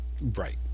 right